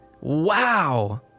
Wow